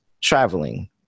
traveling